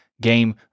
game